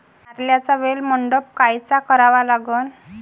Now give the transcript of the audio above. कारल्याचा वेल मंडप कायचा करावा लागन?